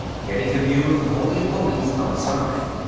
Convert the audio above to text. getting a view of the holy of holies outside.